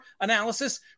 analysis